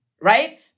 right